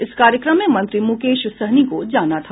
इस कार्यक्रम में मंत्री मुकेश सहनी को जाना था